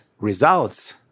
results